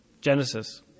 Genesis